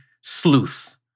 sleuth